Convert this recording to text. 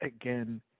again